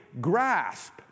grasp